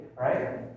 right